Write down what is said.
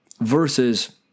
versus